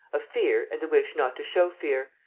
of fear and the wish not to show fear,